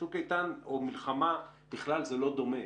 צוק איתן או מלחמה בכלל זה לא דומה.